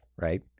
right